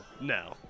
no